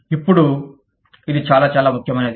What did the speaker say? ఇప్పుడు ఇది చాలా చాలా ముఖ్యమైనది